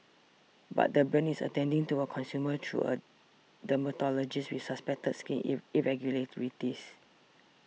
but the brand is attending to a consumer through a dermatologist with suspected skin irregularities